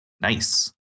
Nice